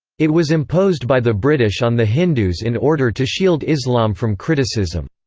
it was imposed by the british on the hindus in order to shield islam from criticism.